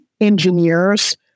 engineers